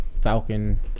Falcon